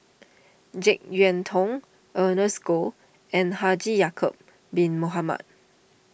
Jek Yeun Thong Ernest Goh and Haji Ya'Acob Bin Mohamed